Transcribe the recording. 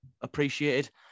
appreciated